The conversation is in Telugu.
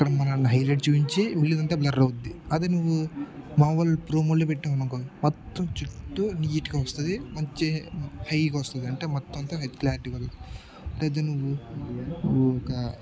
అక్కడ మనల్ని హైలైట్ చూపించి మిగిలింది అంతా బ్లర్ అవుద్ది అది నువ్వు మామూలు ప్రోమోలో పెట్టాం అనుకో మొత్తం చుట్టు నీట్గా వస్తుంది మంచిగా హైగా వస్తుంది అంటే మొత్తం అంత విత్ క్లారిటీ వల్ల అయితే నువ్వు నువ్వు ఒక